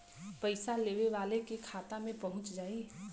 पइसा लेवे वाले के खाता मे पहुँच जाई